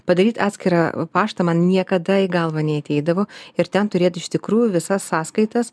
padaryt atskirą paštą man niekada į galvą neateidavo ir ten turėt iš tikrųjų visas sąskaitas